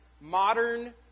modern